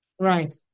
Right